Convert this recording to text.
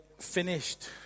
finished